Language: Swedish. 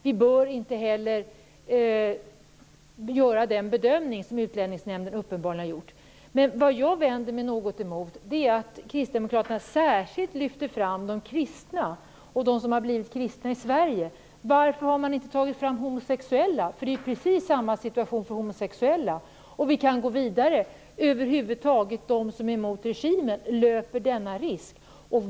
Vi bör inte heller göra den bedömning som Utlänningsnämnden uppenbarligen har gjort. Vad jag vänder mig något emot är att Kristdemokraterna särskilt lyfter fram de kristna och de som har blivit kristna i Sverige. Varför har man inte tagit fram homosexuella? Det är precis samma situation för homosexuella. Vi kan gå vidare. De som över huvud taget är emot regimen löper denna risk.